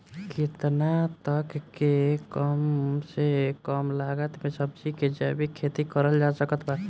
केतना तक के कम से कम लागत मे सब्जी के जैविक खेती करल जा सकत बा?